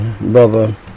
brother